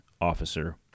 officer